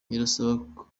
irasabwa